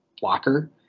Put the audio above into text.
blocker